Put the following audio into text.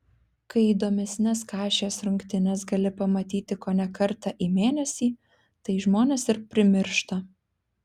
kai įdomesnes kašės rungtynes gali pamatyti kone kartą į mėnesį tai žmonės ir primiršta